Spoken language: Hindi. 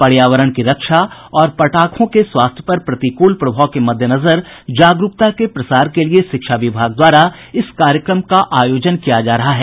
पर्यावरण की रक्षा और पटाखों के स्वास्थ्य पर प्रतिकूल प्रभाव के मद्देनजर जागरूकता का प्रसार के लिए शिक्षा विभाग द्वारा इस कार्यक्रम के आयोजन किया जा रहा है